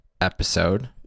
episode